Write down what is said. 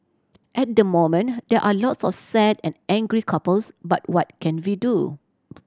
at the moment there are a lots of sad and angry couples but what can we do